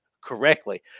correctly